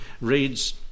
reads